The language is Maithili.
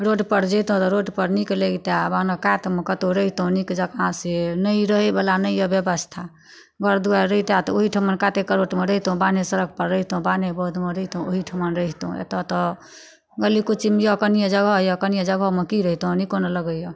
रोडपर जैतहुँ तऽ रोडपर नीक लागितए बान्हक कातमे कतौ रहितहुँ नीक जकाँ से नहि रहैवला नहि यऽ व्यवस्था घर दुआरि रहितिए तऽ ओहिठमन काते करोटमे रहितहुँ बान्हे सड़कपर रहितहुँ बान्हे बाधमे रहितहुँ ओहिठमन रहितहुँ एतऽ तऽ गली कुचिमे यऽ कनिये जगह यऽ कनिये जगहमे कि रहितहुँ नीको नहि लगैय